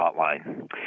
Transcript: Hotline